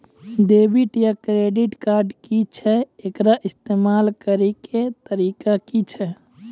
Debit या credit card की छियै? एकर इस्तेमाल करैक तरीका की छियै?